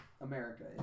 America